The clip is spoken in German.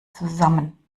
zusammen